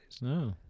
No